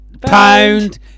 Pound